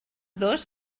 dos